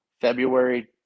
February